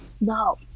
no